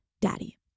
daddy